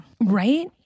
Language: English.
Right